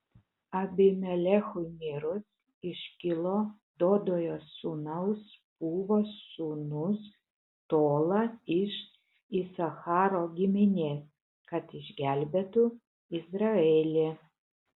abimelechui mirus iškilo dodojo sūnaus pūvos sūnus tola iš isacharo giminės kad išgelbėtų izraelį